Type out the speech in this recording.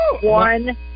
One